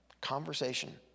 conversation